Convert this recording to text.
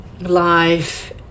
life